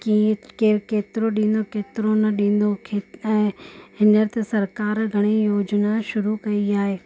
कीअं केरु केतिरो ॾींदो केतिरो न ॾींदो खे ऐं हींअर त सरकार घणे ई योजना शुरू कई आहे